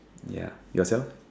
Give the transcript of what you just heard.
ya yourself